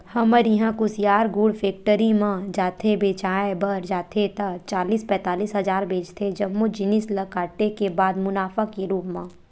हमर इहां कुसियार गुड़ फेक्टरी म जाथे बेंचाय बर जाथे ता चालीस पैतालिस हजार बचथे जम्मो जिनिस ल काटे के बाद मुनाफा के रुप म